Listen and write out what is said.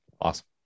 Awesome